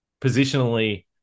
positionally